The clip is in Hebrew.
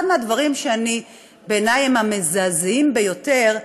אחד מהדברים שבעיני הם מהמזעזעים ביותר,